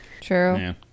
True